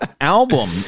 album